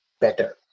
better